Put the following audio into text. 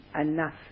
enough